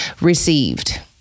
received